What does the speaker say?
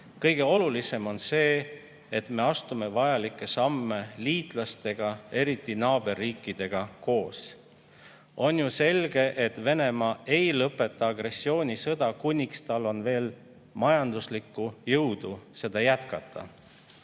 Kõige olulisem on see, et me astume vajalikke samme liitlastega, eriti naaberriikidega koos. On ju selge, et Venemaa ei lõpeta agressioonisõda, kuniks tal on veel majanduslikku jõudu seda jätkata,